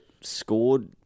scored